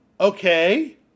okay